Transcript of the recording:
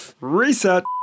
Reset